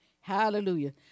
Hallelujah